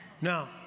Now